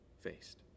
faced